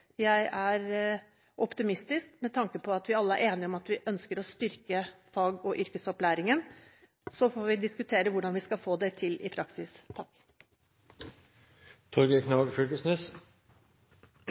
Jeg er optimistisk med tanke på at vi alle er enige om at vi ønsker å styrke fag- og yrkesopplæringen, og så får vi diskutere hvordan vi skal få det til i praksis.